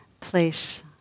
place